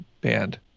band